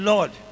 Lord